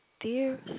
Dear